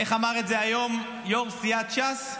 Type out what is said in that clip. איך אמר את זה היום יו"ר סיעת ש"ס?